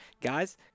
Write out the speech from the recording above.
Guys